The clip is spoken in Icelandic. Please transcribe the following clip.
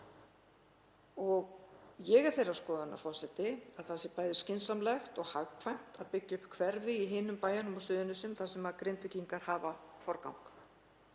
Ég er þeirrar skoðunar, forseti, að það sé bæði skynsamlegt og hagkvæmt að byggja upp hverfi í hinum bæjunum á Suðurnesjum þar sem Grindvíkingar hafa forgang.